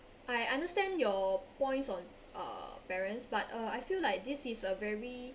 I understand your points on uh parents but uh I feel like this is a very